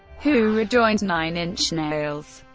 who rejoined nine inch nails.